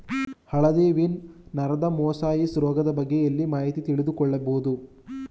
ಹಳದಿ ವೀನ್ ನರದ ಮೊಸಾಯಿಸ್ ರೋಗದ ಬಗ್ಗೆ ಎಲ್ಲಿ ಮಾಹಿತಿ ತಿಳಿದು ಕೊಳ್ಳಬಹುದು?